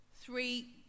three